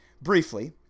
briefly